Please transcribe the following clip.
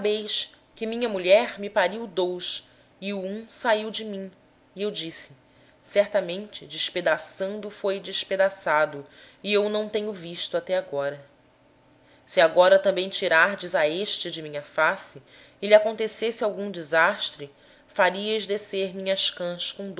sabeis que minha mulher me deu dois filhos um saiu de minha casa e eu disse certamente foi despedaçado e não o tenho visto mais se também me tirardes a este e lhe acontecer algum desastre fareis descer as minhas cãs